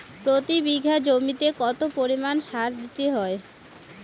প্রতি বিঘা জমিতে কত পরিমাণ সার দিতে হয়?